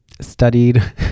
Studied